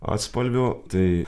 atspalvio tai